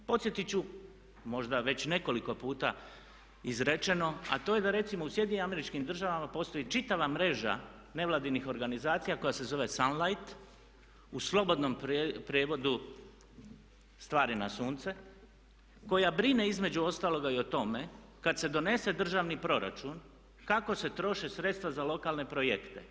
Podsjetiti ću, možda je već nekoliko puta izrečeno a to je da recimo u Sjedinjenim Američkim Državama postoji čitava mreža nevladinih organizacija koja se zove Sunlight u slobodnom prijevodu "stvari na sunce" koja brine između ostaloga i o tome kada se donese državni proračun kako se troše sredstva za lokalne projekte.